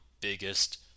biggest